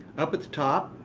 up at the top,